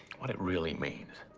what it really means.